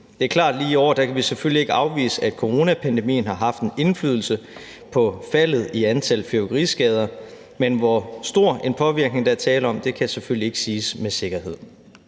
lige i år selvfølgelig ikke kan afvise, at coronapandemien har haft en indflydelse på faldet i antallet af fyrværkeriskader, men hvor stor en påvirkning, der er tale om, kan selvfølgelig ikke siges med sikkerhed.